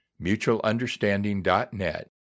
mutualunderstanding.net